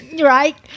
right